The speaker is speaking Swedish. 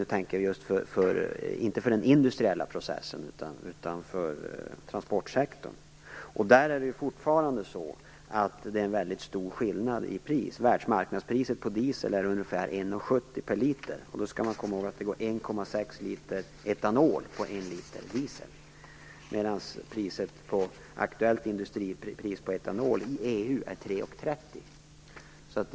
Här tänker jag inte på den industriella processen utan på transportsektorn. Där är det fortfarande en mycket stor skillnad i pris. Världsmarknadspriset på diesel är ungefär 1,70 kr per liter. Då skall man komma ihåg att det går 1,6 liter etanol på 1 liter diesel. Det aktuella industripriset på etanol i EU är 3,30 kr.